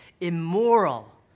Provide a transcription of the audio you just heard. immoral